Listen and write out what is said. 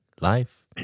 life